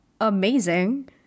amazing